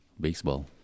Baseball